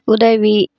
உதவி